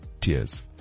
tears